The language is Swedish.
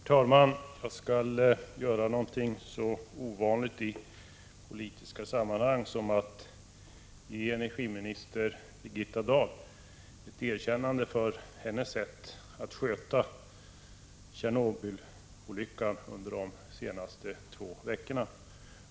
Herr talman! Jag skall göra något så ovanligt i politiska sammanhang som att ge energiminister Birgitta Dahl ett erkännande för hennes handlande i samband med Tjernobylolyckan under de senaste två veckorna.